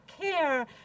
care